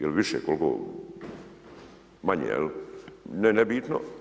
Je li više koliko, manje, jel, nebitno.